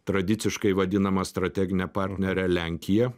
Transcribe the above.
tradiciškai vadinama strategine partnere lenkija